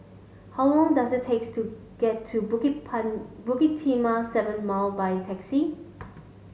how long does it take to get to Bukit Bukit Timah Seven Mile by taxi